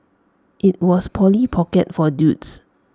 IT was Polly pocket for dudes